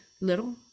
little